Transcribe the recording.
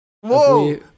Whoa